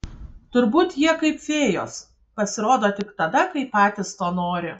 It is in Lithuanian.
turbūt jie kaip fėjos pasirodo tik tada kai patys to nori